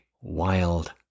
Wild